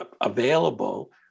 available